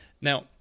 Now